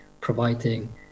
providing